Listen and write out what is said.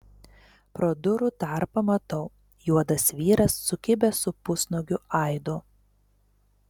pro durų tarpą matau juodas vyras sukibęs su pusnuogiu aidu